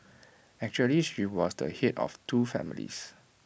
actually she was the Head of two families